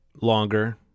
longer